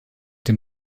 dem